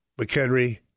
McHenry